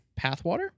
Pathwater